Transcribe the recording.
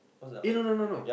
eh no no no no